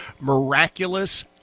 miraculous